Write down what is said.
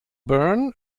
byrne